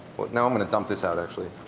now i'm going to dump this out, actually.